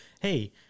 Hey